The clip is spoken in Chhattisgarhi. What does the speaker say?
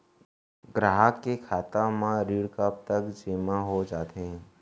ग्राहक के खाता म ऋण कब तक जेमा हो जाथे?